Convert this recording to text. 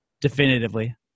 definitively